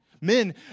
Men